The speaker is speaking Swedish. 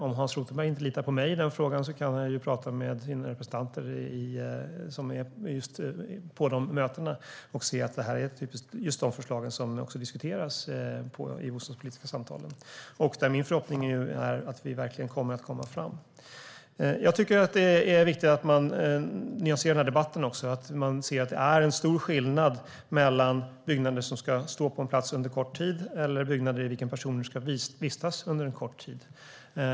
Om Hans Rothenberg inte litar på mig i den frågan så kan han ju prata med sina representanter på de mötena och se att det här är just de förslag som diskuteras i de bostadspolitiska samtalen. Min förhoppning där är att vi verkligen kommer att komma fram. Jag tycker att det är viktigt att man nyanserar debatten och ser att det är stor skillnad mellan byggnader som ska stå på en plats under en kort tid och byggnader i vilka personer ska vistas under en kort tid.